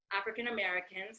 African-Americans